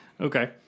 Okay